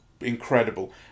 incredible